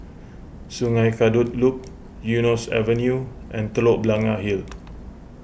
Sungei Kadut Loop Eunos Avenue and Telok Blangah Hill